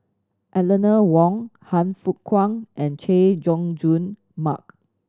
Eleanor Wong Han Fook Kwang and Chay Jung Jun Mark